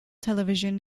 television